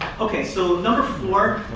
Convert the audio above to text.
okay. so number four,